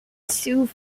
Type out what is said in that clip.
sioux